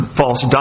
false